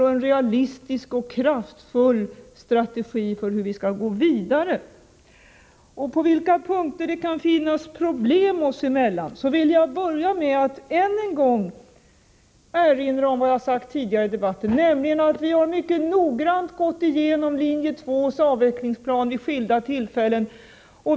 För det första gällde det en realistisk och kraftfull strategi för hur vi skall gå vidare och på vilka punkter det kan finnas motsättningar oss emellan. Jag börjar med att än en gång erinra om vad jag sagt tidigare i debatten, nämligen att vi mycket noggrant gått igenom linje 2:s avvecklingsplaner vid skilda tillfällen.